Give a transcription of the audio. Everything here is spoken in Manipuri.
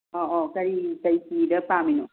ꯑꯣ ꯑꯣ ꯀꯔꯤ ꯀꯩ ꯐꯤꯗ ꯄꯥꯝꯃꯤꯅꯣ